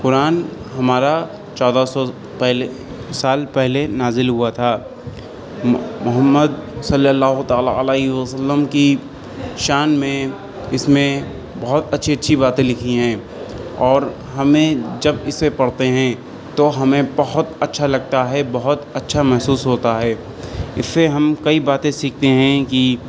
قرآن ہمارا چودہ سو پہلے سال پہلے نازل ہوا تھا محمد صلی اللہ تعالی علیہ وسلم کی شان میں اس میں بہت اچھی اچھی باتیں لکھی ہیں اور ہمیں جب اسے پڑھتے ہیں تو ہمیں بہت اچھا لگتا ہے بہت اچھا محسوس ہوتا ہے اس سے ہم کئی باتیں سیکھتے ہیں کہ